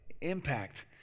impact